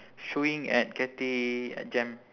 showing at cathay at jem